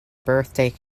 birthday